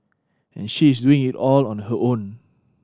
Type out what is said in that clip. and she is doing it all on her own